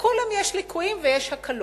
לכולם יש לקויים ויש הקלות.